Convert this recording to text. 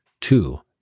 Two